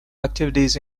activities